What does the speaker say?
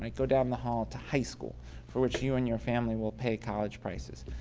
and go down the hall to high school for which you and your family will pay college prices.